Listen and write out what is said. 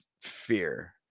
fear